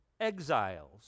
exiles